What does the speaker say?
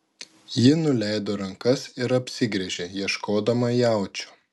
ji nuleido rankas ir apsigręžė ieškodama jaučio